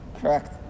Correct